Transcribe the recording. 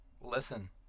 listen